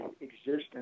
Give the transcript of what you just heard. existence